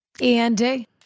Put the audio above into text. Andy